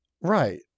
Right